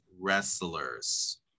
wrestlers